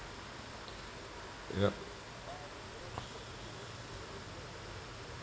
yup